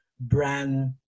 brand